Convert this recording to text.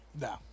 No